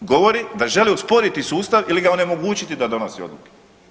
Govori da želi usporiti sustav ili ga onemogućiti da donosi odluke.